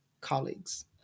colleagues